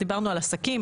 דיברנו על עסקים,